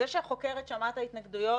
זה שהחוקרת שמעה את ההתנגדויות,